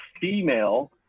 female